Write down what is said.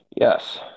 Yes